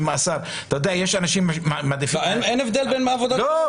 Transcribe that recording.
מאסר --- אין הבדל בין עבודות שירות למאסר?